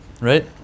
right